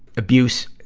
abuse,